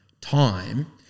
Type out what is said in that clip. time